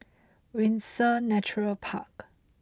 Windsor Nature Park